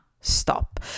stop